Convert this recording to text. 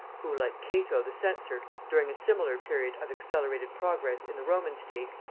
who, like cato the censor during a similar period of accelerated progress in the roman state,